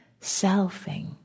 selfing